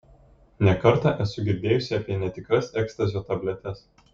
ne kartą esu girdėjusi apie netikras ekstazio tabletes